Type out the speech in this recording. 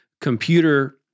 Computer